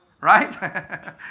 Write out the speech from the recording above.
Right